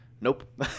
nope